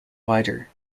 wider